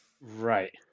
Right